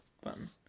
button